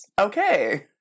Okay